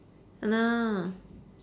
!hanna!